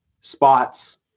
spots